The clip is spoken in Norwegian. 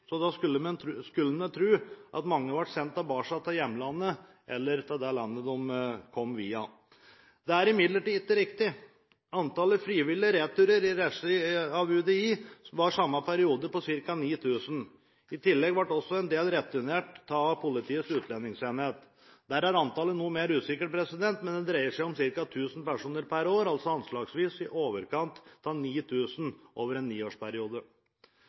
så da skulle man tro at mange ble sendt tilbake til hjemlandet eller til det landet de kom via. Det er imidlertid ikke riktig. Antall frivillige returer i regi av UDI var i samme periode på ca. 9 000. I tillegg ble også en del returnert av Politiets utlendingsenhet. Der er antallet noe mer usikkert, men det dreier seg om ca. 1 000 personer per år, altså anslagsvis i overkant av 9 000 over en niårsperiode.